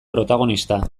protagonista